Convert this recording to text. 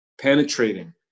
penetrating